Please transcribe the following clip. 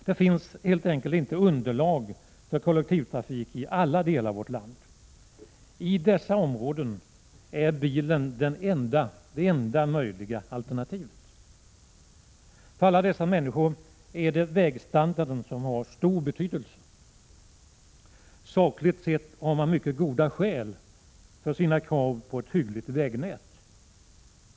Det finns helt enkelt inte underlag för kollektivtrafik i alla delar av vårt land. I sådana områden är bilen det enda möjliga alternativet. För alla dessa människor är vägstandarden av stor betydelse. Sakligt sett har man mycket goda skäl att kräva ett hyggligt vägnät.